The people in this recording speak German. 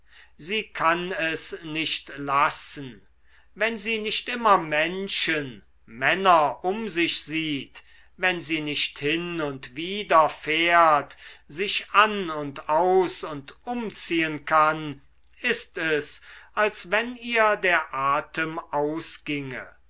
sie kann es nicht lassen wenn sie nicht immer menschen männer um sich sieht wenn sie nicht hin und widerfährt sich an und aus und umziehen kann ist es als wenn ihr der atem ausginge